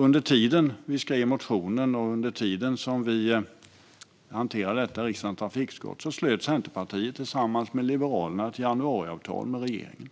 Under tiden som vi skrev motionen och under tiden som vi hanterade detta i riksdagens trafikutskott slöt Centerpartiet tillsammans med Liberalerna ett januariavtal med regeringen.